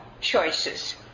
choices